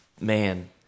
man